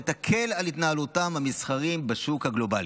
ותקל על התנהלותם המסחרית בשוק הגלובלי.